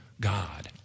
God